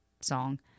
song